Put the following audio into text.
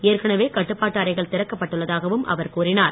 ஏற்கனவே கட்டுப்பாட்டு அறைகள் திறக்கப்பட்டுள்ளதாகவும் அவர் கூறினார்